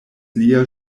lia